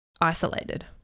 isolated